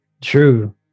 True